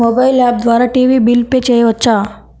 Mobile app ద్వారా TV bill pay చేయవచ్చా?